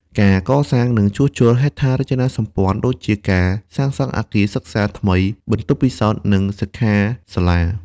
ការកសាង និងជួសជុលហេដ្ឋារចនាសម្ព័ន្ធដូចជាការសាងសង់អគារសិក្សាថ្មី បន្ទប់ពិសោធន៍ និងសិក្ខាសាលា ។